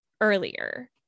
earlier